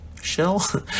shell